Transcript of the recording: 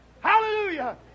Hallelujah